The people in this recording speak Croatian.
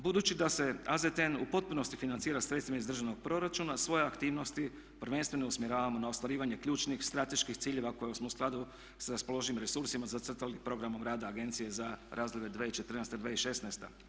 Budući da se AZTN u potpunosti financira sredstvima iz državnog proračuna svoje aktivnosti prvenstveno usmjeravamo na ostvarivanje ključnih, strateških ciljeva koje smo u skladu sa raspoloživim resursima zacrtali programom rada agencije za razdoblje 2014.-2016.